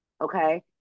Okay